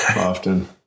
often